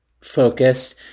focused